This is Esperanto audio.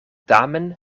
tamen